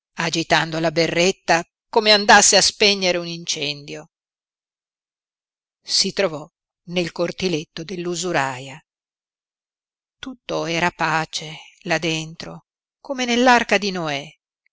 agitando la berretta come andasse a spegnere un incendio si trovò nel cortiletto dell'usuraia tutto era pace là dentro come nell'arca di noè